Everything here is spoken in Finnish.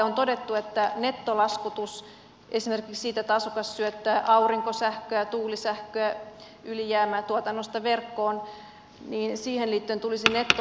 on todettu että nettolaskutus esimerkiksi siihen liittyen tulisi voimaan että asukas syöttää aurinkosähköä tuulisähköä ylijäämää tuotannosta verkkoon